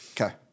Okay